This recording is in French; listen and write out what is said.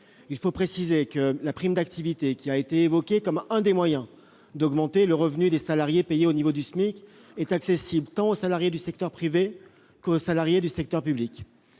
il faut préciser que la prime d'activité, qui a été évoquée comme l'un des moyens d'augmenter le revenu des salariés payés au niveau du SMIC, est accessible tant aux salariés du secteur privé qu'aux salariés du secteur public.